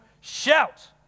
Shout